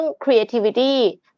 creativity